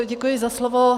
Děkuji za slovo.